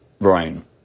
brain